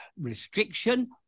restriction